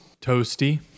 Toasty